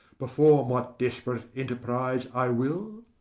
perform what desperate enterprise i will?